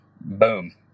boom